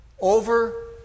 over